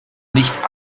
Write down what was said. nicht